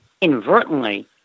inadvertently